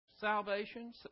salvation